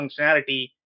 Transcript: functionality